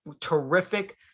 terrific